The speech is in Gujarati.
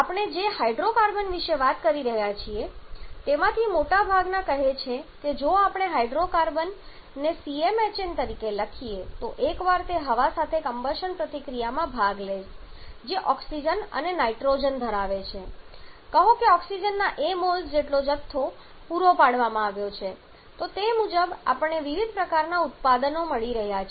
આપણે જે હાઇડ્રોકાર્બન વિશે વાત કરી રહ્યા છીએ તેમાંથી મોટાભાગના કહે છે કે જો આપણે હાઇડ્રોકાર્બનને CmHn તરીકે લખીએ તો એકવાર તે હવા સાથે કમ્બશન પ્રતિક્રિયામાં ભાગ લે જે ઓક્સિજન અને નાઇટ્રોજન ધરાવે છે કહો કે ઓક્સિજનના a મોલ્સ જેટલો થોડો જથ્થો પૂરો પાડવામાં આવ્યો છે તો તે મુજબ આપણે વિવિધ પ્રકારના ઉત્પાદનો મેળવવા જઈ રહ્યા છીએ